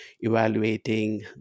evaluating